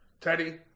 Teddy